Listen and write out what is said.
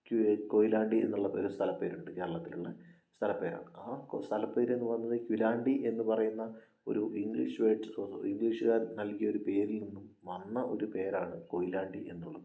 കൊയിലാണ്ടി എന്നുള്ളൊരു സ്ഥലപ്പേരുണ്ട് കേരളത്തിലുള്ള സ്ഥലപേരാണ് ആ സ്ഥലപ്പേരെന്ന് പറയുന്നത് ക്യുലാണ്ടി എന്നുപറയുന്ന ഒരു ഇംഗ്ലീഷ് വേർഡ് സോറി ഇംഗ്ലീഷുകാരൻ നൽകിയൊരു പേരിൽ നിന്നും വന്ന ഒരു പേരാണ് കൊയിലാണ്ടിയെന്നുള്ളത്